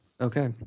Okay